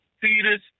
Peters